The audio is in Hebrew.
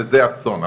וזה אסוף.